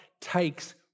takes